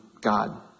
God